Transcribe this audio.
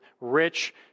rich